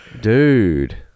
Dude